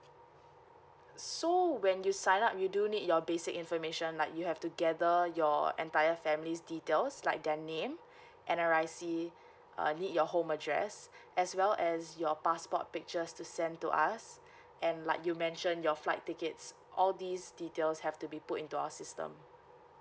so when you sign up you do need your basic information like you have to gather your entire family's details like their name N_R_I_C uh need your home address as well as your passport pictures to send to us and like you mentioned your flight tickets all these details have to be put into our system